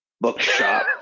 bookshop